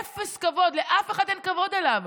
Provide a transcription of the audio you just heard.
אפס כבוד, לאף אחד אין כבוד אליו.